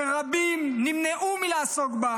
שרבים נמנעו מלעסוק בה,